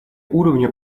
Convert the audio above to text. уровня